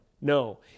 no